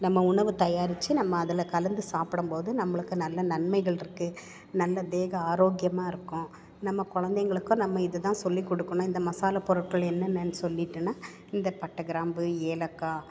நம்ம உணவு தயாரித்து நம்ம அதில் கலந்து சாப்பிடும் போது நம்மளுக்கு நல்ல நன்மைகள் இருக்குது நல்லா தேகம் ஆரோக்கியமாக இருக்கும் நம்ம கொழந்தைங்களுக்கும் நம்ம இதை தான் சொல்லிக் கொடுக்கணும் இந்த மசாலா பொருட்கள் என்னென்னனு சொல்லிட்டேனா இந்த பட்டை கிராம்பு ஏலக்காய்